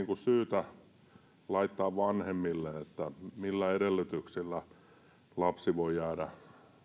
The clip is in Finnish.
syytä laittaa vanhemmille selkeä viesti millä edellytyksillä lapsi voi jäädä